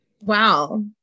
Wow